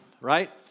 right